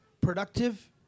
productive